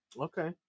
Okay